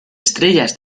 estrella